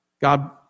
God